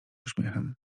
uśmiechem